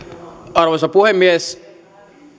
arvoisa puhemies